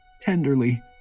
tenderly